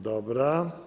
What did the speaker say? Dobra.